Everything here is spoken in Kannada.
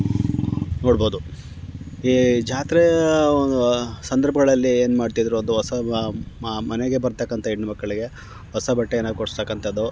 ನೋಡ್ಬಹುದು ಈ ಜಾತ್ರೆಯ ಒಂದು ಸಂದರ್ಭಗಳಲ್ಲಿ ಏನು ಮಾಡ್ತಿದ್ದರು ಒಂದು ಹೊಸ ಮನೆಗೆ ಬರ್ತಕ್ಕಂಥ ಹೆಣ್ಣು ಮಕ್ಕಳಿಗೆ ಹೊಸ ಬಟ್ಟೇನ ಕೊಡಿಸ್ತಕ್ಕಂಥದ್ದು